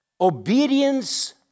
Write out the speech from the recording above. obedience